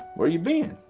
where you been?